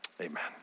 amen